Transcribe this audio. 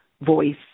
voice